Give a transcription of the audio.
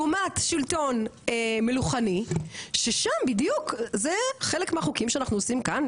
לעומת שלטון מלוכני ששם בדיוק זה חלק מהחוקים שאנחנו עושים כאן,